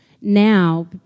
now